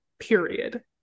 period